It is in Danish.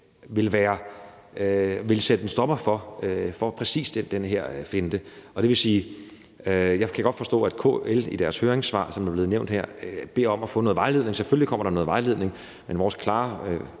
vil sætte en stopper for præcis den her finte. Jeg kan godt forstå, at KL i deres høringssvar, som er blevet nævnt her, beder om at få noget vejledning, og selvfølgelig kommer der noget vejledning. Det er min klare